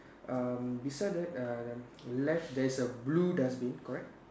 um beside that err left there is a blue dustbin correct